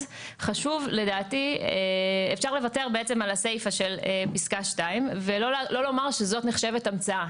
אז לדעתי אפשר לוותר על הסיפה של פסקה (2) ולא לומר שזאת נחשבת המצאה.